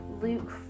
Luke